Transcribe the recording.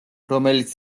რომელიც